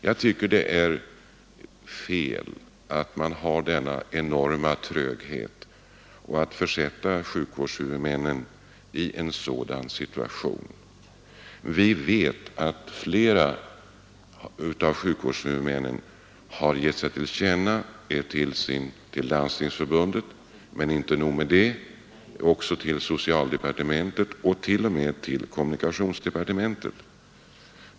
Jag tycker det är fel att tolerera denna enorma tröghet och att försätta sjukvårdshuvudmännen i en sådan här situation. Vi vet att flera av sjukvårdshuvudmännen har låtit höra av sig till Landstingsförbundet. Men inte nog med det utan de har också vänt sig till socialdepartementet och t.o.m. till kommunikationsdepartementet.